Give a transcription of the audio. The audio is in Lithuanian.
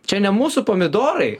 čia ne mūsų pomidorai